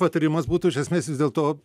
patarimas būtų iš esmės vis dėlto